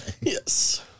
Yes